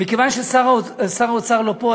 מכיוון ששר האוצר לא פה,